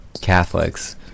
Catholics